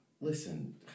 listen